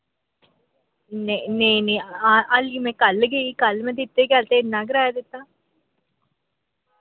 ने नेईं नेईं आह्ली मैं कल गेई कल मैं दित्ते इ'न्ना कराया दित्ता